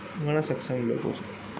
ઘણા સક્ષમ લોકો છે